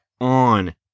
on